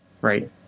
right